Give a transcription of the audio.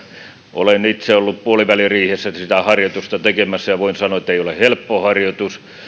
olen itse ollut puoliväliriihessä sitä harjoitusta tekemässä ja voin sanoa ettei ole helppo harjoitus